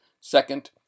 second